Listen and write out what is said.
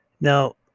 Now